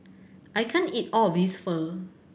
I can't eat all of this Pho